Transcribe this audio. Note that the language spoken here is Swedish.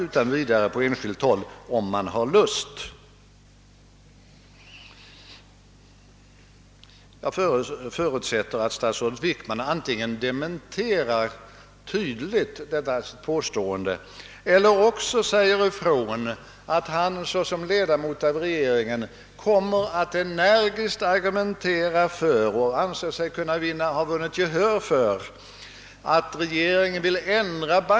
Att organisera kapitalmarknaden så att den fungerar smidigt och flexibelt är naturligtvis mycket viktigt. Upprättande av nya kreditinstitut och införande av ändrade regler för de kreditinstitut som finns kan därför vara nyttiga åtgärder, men de gör inga underverk.